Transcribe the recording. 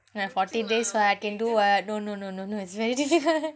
ah fourteen days can do [what] no no no no no it's very difficult